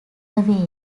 away